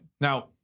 Now